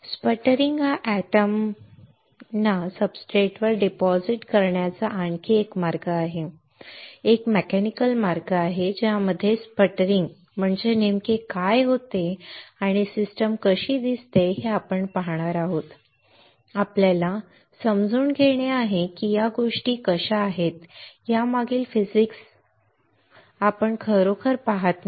sputtering हा atom ना सब्सट्रेटवर डिपॉझिट करण्याचा आणखी एक मार्ग आहे हा एक मेकॅनिकल मार्ग आहे ज्यामध्ये स्पटरिंग म्हणजे नेमके काय होते आणि सिस्टीम कशी दिसते हे आपण पाहणार आहोत हे आपल्याला समजून घेणे आहे की या गोष्टी कशा आहेत यामागील फिजिक्स आपण खरोखर पाहत नाही